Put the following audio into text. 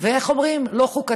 ואיך אומרים, לא חוקתי.